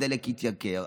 הדלק התייקר,